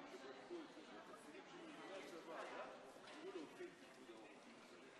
לא חייבים גם לומר תודה על זכות דיבור.